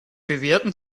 bewährten